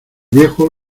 viejo